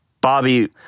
Bobby